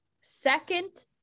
second